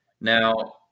Now